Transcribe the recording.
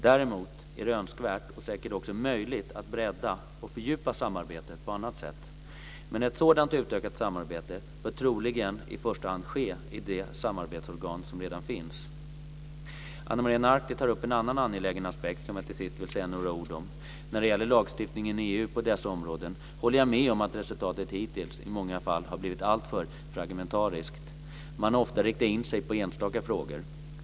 Däremot är det önskvärt, och säkert också möjligt, att bredda och fördjupa samarbetet på annat sätt. Men ett sådant utökat samarbete bör troligen i första hand ske i de samarbetsorgan som redan finns. Ana Maria Narti tar upp en annan angelägen aspekt som jag till sist vill säga några ord om. När det gäller lagstiftningen i EU på dessa områden håller jag med om att resultatet hittills i många fall har blivit alltför fragmentariskt. Man har ofta riktat in sig på enstaka frågor.